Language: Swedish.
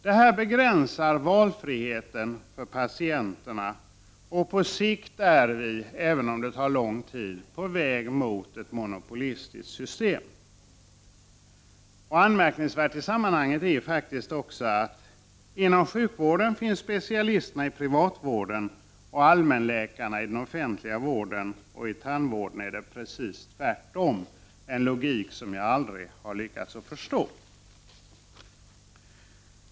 Det här begränsar valfriheten för patienterna, och på sikt är vi, även om det tar lång tid, på väg mot ett monopolistiskt system. Anmärkningsvärt i sammanhanget är faktiskt också att inom sjukvården finns specialisterna i privatvården och allmänläkarna i den offentliga vården, medan det inom tandvården är precis tvärtom — en logik som jag aldrig lyckats förstå.